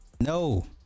no